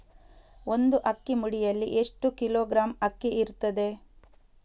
ಒಂದು ಅಕ್ಕಿಯ ಮುಡಿಯಲ್ಲಿ ಎಷ್ಟು ಕಿಲೋಗ್ರಾಂ ಅಕ್ಕಿ ಇರ್ತದೆ?